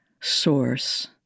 source